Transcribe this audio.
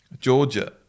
georgia